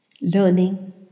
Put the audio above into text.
learning